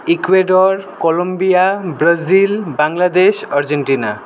Ecuador Colombia Brazil Bangladesh Argentina